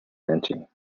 pinching